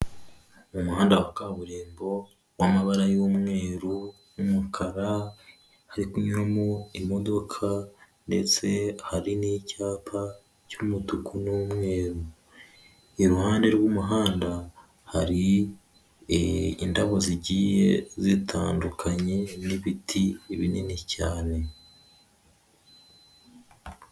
Umuhanda wa kaburimbo w'amabara y'umweru n'umukara, hari kunyuramo imodoka ndetse hari n'icyapa cy'umutuku n'umweru, iruhande rw'umuhanda hari indabo zigiye zitandukanye n'ibiti binini cyane.